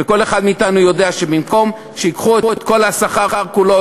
וכל אחד מאתנו יודע שבמקום שייקחו את כל השכר כולו,